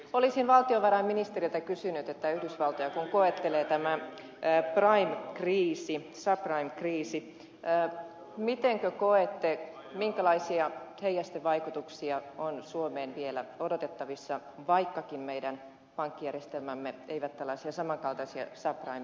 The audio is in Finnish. olisin valtiovarainministeriltä kysynyt että kun yhdysvaltoja koettelee tämä subprime kriisi niin mitenkä koette minkälaisia heijastevaikutuksia on suomeen vielä odotettavissa vaikkakin meidän pankkijärjestelmämme eivät tällaisia saman kaltaisia subprime järjestelmiä tunne